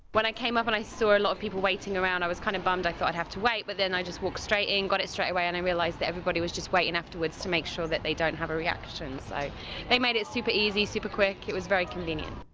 when i came up and i saw a lot of people waiting around i was kind of bummed i thought i'd have to wait but then i just walked straight in got it straight away and i realized that everybody was just waiting afterwards to make sure that they don't have a reaction so they made it super easy super quick it was very convenient.